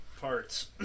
parts